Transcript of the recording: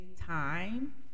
time